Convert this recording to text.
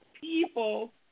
people